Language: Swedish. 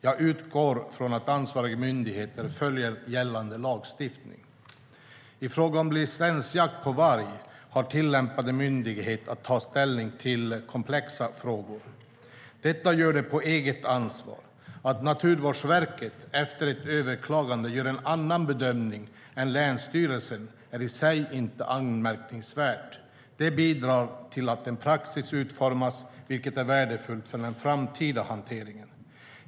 Jag utgår från att ansvariga myndigheter följer gällande lagstiftning. I fråga om licensjakt på varg har tillämpande myndighet att ta ställning till komplexa frågor. Detta gör de på eget ansvar. Att Naturvårdsverket efter ett överklagande gör en annan bedömning än länsstyrelsen är i sig inte anmärkningsvärt. Det bidrar till att en praxis utformas, vilket är värdefullt för den framtida hanteringen.